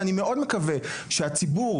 ואני מאוד מקווה שהציבור,